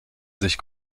sich